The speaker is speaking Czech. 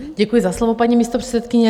Děkuji za slovo, paní místopředsedkyně.